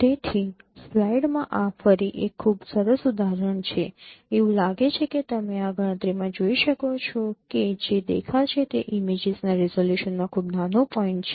તેથી સ્લાઇડ્સમાં આ ફરી એક ખૂબ સરસ ઉદાહરણ છે એવું લાગે છે કે તમે આ ગણતરીમાં જોઈ શકો છો કે જે દેખાશે તે ઇમેજીસના રિઝોલ્યુશનમાં ખૂબ નાનું પોઈન્ટ છે